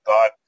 God